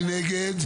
מי נגד?